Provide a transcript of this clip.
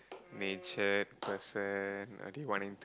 natured person or do you want him to